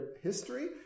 history